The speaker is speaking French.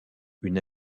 une